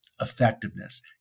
effectiveness